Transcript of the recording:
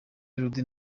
melody